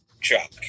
Chuck